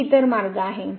हे इतर मार्ग आहे